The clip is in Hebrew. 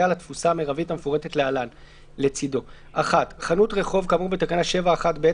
על התפוסה המרבית המפורטת להלן לצדו: חנות רחוב כאמור בתקנה 7(1)(ב)